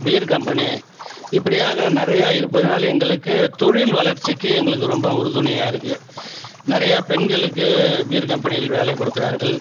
beer company இப்படியாக நிறயா இருப்பதனால் எங்களுக்கு தொழில் வளர்ச்சிக்கு எங்களுக்கு ரொம்ப உறுதுணையாக இருக்குது நிறையா பெண்களுக்கு பீர் கம்பெனியில் வேலை கொடுக்கிறார்கள்